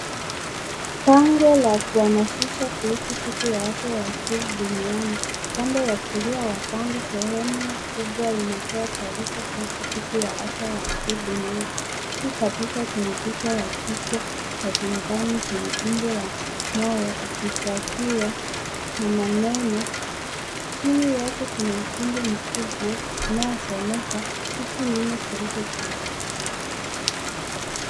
Bango la kuhamasisha kuhusu Siku ya afya ya akili duniani. Upande wa kulia wa bango sehemu kubwa inatoa taarifa kuhusu Siku ya afya ya akili duniani. Juu kabisa kuna picha ya kichwa cha binadamu chenye umbo la moyo ikifuatiwa na maneno. Chini yake kuna ujumbe mkubwa unaosomeka 'Siku nne zilizobaki.'